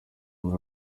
muri